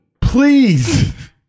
please